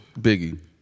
Biggie